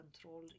control